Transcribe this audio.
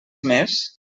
més